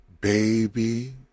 baby